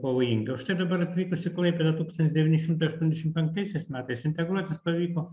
pavojingi o štai dabar atvykus į klaipėdą tūkstantis devyni šimtai šatuoniasdešim penktaisiais metais integruotis pavyko